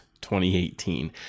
2018